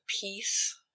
peace